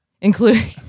Including